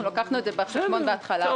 אנחנו לקחנו את זה בחשבון בהתחלה,